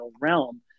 realm